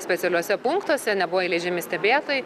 specialiuose punktuose nebuvo įleidžiami stebėtojai